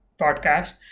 podcast